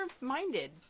minded